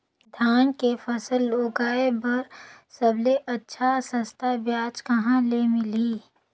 धान के फसल उगाई बार सबले अच्छा सस्ता ब्याज कहा ले मिलही?